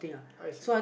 I see